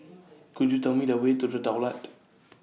Could YOU Tell Me The Way to The Daulat